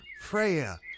Freya